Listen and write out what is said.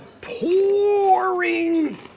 pouring